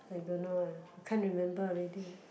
I don't know lah I can't remember already